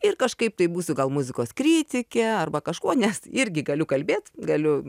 ir kažkaip tai būsiu gal muzikos kritikė arba kažkuo nes irgi galiu kalbėt galiu